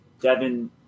Devin